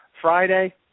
Friday